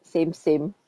same same